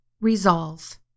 Resolve